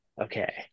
Okay